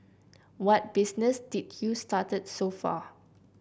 what business did you started so far